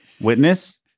Witness